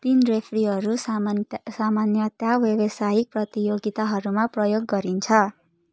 तिन रेफ्रीहरू सामान्य सामान्यतया व्यावसायिक प्रतियोगिताहरूमा प्रयोग गरिन्छ